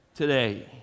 today